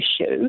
issue